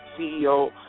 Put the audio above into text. CEO